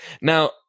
Now